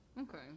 Okay